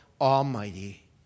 Almighty